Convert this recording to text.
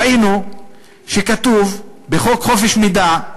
ראינו שכתוב: בחוק חופש המידע,